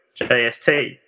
jst